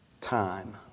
Time